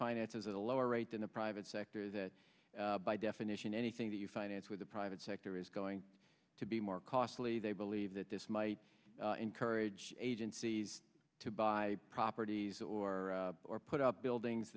finances at a lower rate than the private sector that by definition anything that you finance with the private sector is going to be more costly they believe that this might encourage agencies to buy properties or or put up buildings